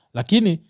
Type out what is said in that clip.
Lakini